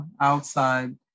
outside